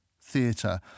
Theatre